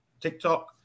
TikTok